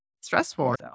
stressful